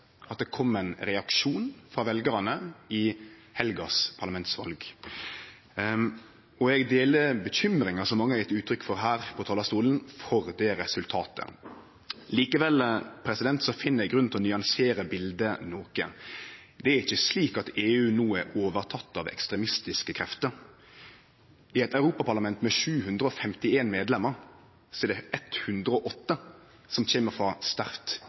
at det kom ein reaksjon frå veljarane i helgas parlamentsval. Eg deler bekymringa, som mange har gjeve uttrykk for her frå talarstolen, for det resultatet. Likevel finn eg grunn til å nyansere bildet noko: Det er ikkje slik at EU no er overteken av ekstremistiske krefter. I Europaparlamentet, som har 751 medlemmer, er det 108 som kjem frå sterkt